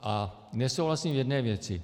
A nesouhlasím v jedné věci.